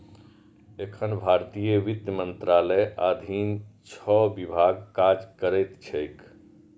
एखन भारतीय वित्त मंत्रालयक अधीन छह विभाग काज करैत छैक